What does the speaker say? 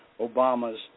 Obama's